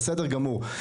בסדר גמור,